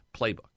playbook